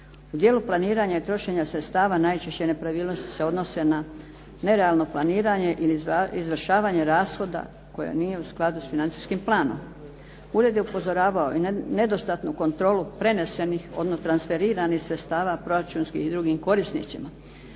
U dijelu planiranja i trošenja sredstava najčešće nepravilnosti se odnose na nerealno planiranje ili izvršavanje rashoda koje nije u skladu s financijskim planom. Ured je upozoravao na nedostatnu kontrolu prenesenih odnosno transferiranih sredstava proračunskim i drugim korisnicima.